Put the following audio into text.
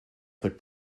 put